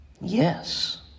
Yes